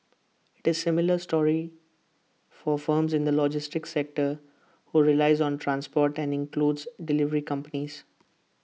IT is A similar story for firms in the logistics sector who relies on transport and includes delivery companies